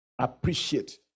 Appreciate